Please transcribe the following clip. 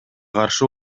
каршы